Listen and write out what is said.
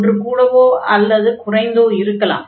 ஒன்று கூடவோ அல்லது குறைந்தோ இருக்கலாம்